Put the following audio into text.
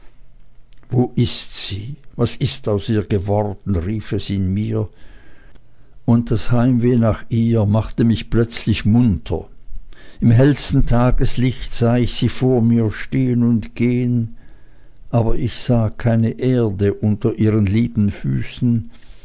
wo ist sie was ist aus ihr geworden rief es in mir und das heimweh nach ihr machte mich plötzlich munter im hellsten tageslicht sah ich sie vor mir stehen und gehen aber ich sah keine erde unter ihren lieben füßen